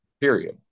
period